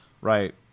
right